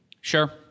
Sure